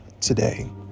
today